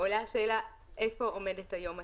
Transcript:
עולה השאלה איפה עומדת היום התוכנית.